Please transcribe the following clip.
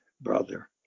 brother